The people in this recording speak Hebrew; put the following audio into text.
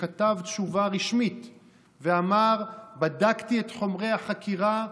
שכתב תשובה רשמית ואמר: בדקתי את חומרי החקירה,